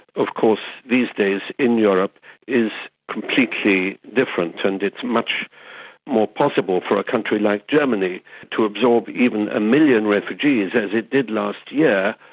of course these days in europe is completely different, and it's much more possible for a country like germany to absorb even a million refugees, as it did last yeah